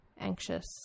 anxious